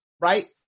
right